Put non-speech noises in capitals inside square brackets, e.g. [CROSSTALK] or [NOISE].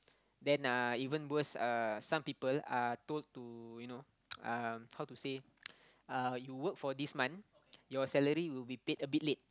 then uh even worse uh some people are told to you know [NOISE] um how to say [NOISE] uh you work for this month your salary will be paid a bit late